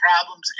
problems